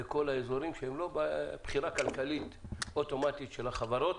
לכל האזורים שהם לא הבחירה הכלכלית האוטומטית של החברות.